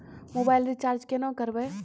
Mobile recharge केना करबै?